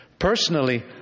Personally